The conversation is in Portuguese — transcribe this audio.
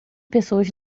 pessoas